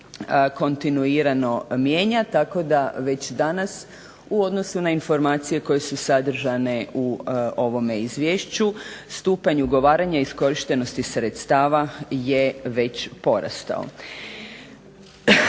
kontinuirano mijenja, tako da već danas u odnosu na informacije koje su sadržane u ovome izvješću, stupanj ugovaranja iskorištenosti sredstava je već porastao.